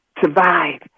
survive